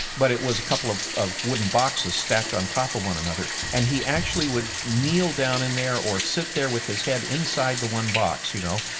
but it was a couple of of wooden boxes stacked on top of one another. and he actually would kneel down in there or sit there with his head inside the one box, you know,